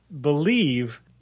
believe